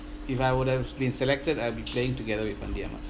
if I would have been selected I'll be playing together with fandi ahmad